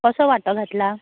कसो वांटो घातला